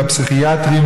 לפסיכיאטרים,